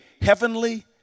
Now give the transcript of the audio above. heavenly